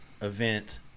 Event